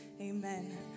Amen